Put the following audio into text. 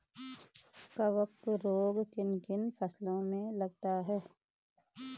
कवक रोग किन किन फसलों में लगते हैं?